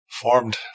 Formed